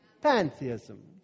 Pantheism